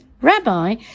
Rabbi